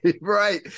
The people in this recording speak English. right